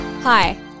Hi